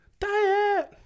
Diet